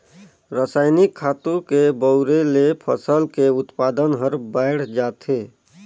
रसायनिक खातू के बउरे ले फसल के उत्पादन हर बायड़ जाथे